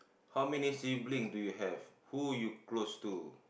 how many sibling do you have who you close to